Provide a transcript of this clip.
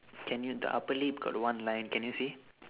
can you the upper lip got one line can you see